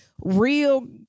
real